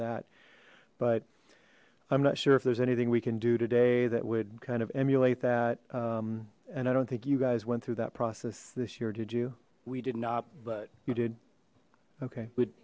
that but i'm not sure if there's anything we can do today that would kind of emulate that and i don't think you guys went through that process this year did you we did not but you did okay